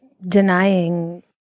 denying